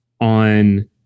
on